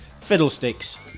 Fiddlesticks